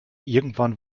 irgendwann